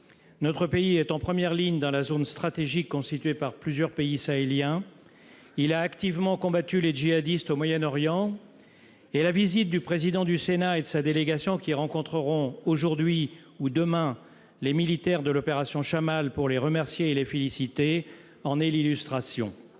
notre pays est en première ligne dans la zone stratégique constitué par plusieurs pays sahéliens il a activement combattues les djihadistes au Moyen-Orient et la visite du président du Sénat et de sa délégation qui rencontreront aujourd'hui ou demain, les militaires de l'opération Chamal pour les remercier et les féliciter en est l'illustration